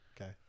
Okay